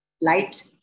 light